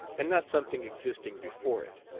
and not something existing before it.